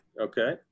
Okay